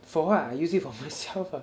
for what I use it for myself lah